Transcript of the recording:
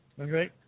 okay